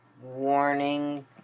warning